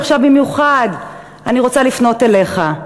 ועכשיו במיוחד אני רוצה לפנות אליך,